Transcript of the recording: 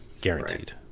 Guaranteed